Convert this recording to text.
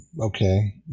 okay